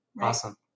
Awesome